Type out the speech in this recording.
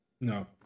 No